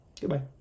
Goodbye